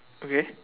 okay